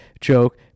joke